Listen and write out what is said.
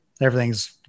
everything's